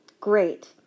great